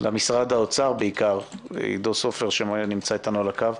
למשרד האוצר, בעיקר, עידו סופר שנמצא אתנו על הקו.